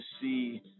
see